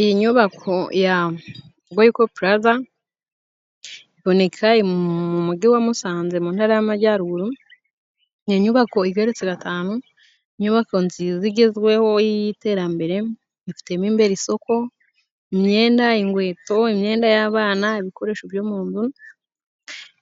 Iyi nyubako ya Goyiko puraza iboneka mu mugi wa Musanze mu ntara y'Amajyaruguru. Ni inyubako igeretse gatanu. Ni inyubako nziza igezweho y'iterambere. Ifitemo imbere isoko imyenda, inkweto, imyenda y'abana, ibikoresho by'umuntu.